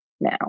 now